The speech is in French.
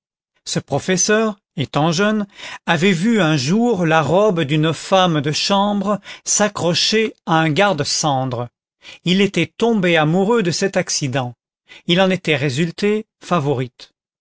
ce professeur étant jeune avait vu un jour la robe d'une femme de chambre s'accrocher à un garde-cendre il était tombé amoureux de cet accident il en était résulté favourite